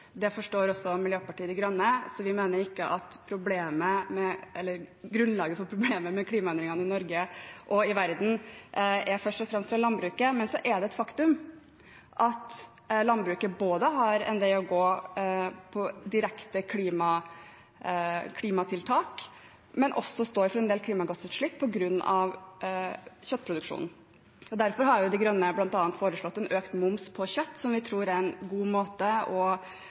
Det forstår også Miljøpartiet De Grønne, så vi mener ikke at grunnlaget for problemet med klimaendringene i Norge og i verden først og fremst kommer fra landbruket. Men det er et faktum at landbruket både har en vei å gå når det gjelder direkte klimatiltak, og også står for en del klimagassutslipp på grunn av kjøttproduksjonen. Derfor har Miljøpartiet De Grønne bl.a. foreslått økt moms på kjøtt, noe vi tror er en god måte